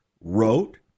wrote